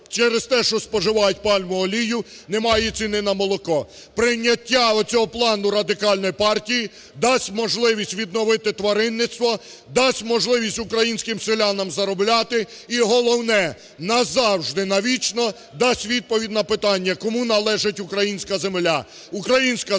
через те, що споживають пальмову олію, немає ціни на молоко. Прийняття оцього плану Радикальної партії дасть можливість відновити тваринництво, дасть можливість українським селянам заробляти, і головне, назавжди, навічно дасть відповідь на питання: кому належить українська земля. Українська земля